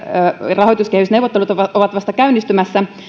rahoituskehysneuvottelut ovat ovat vasta käynnistymässä